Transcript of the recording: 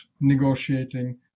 negotiating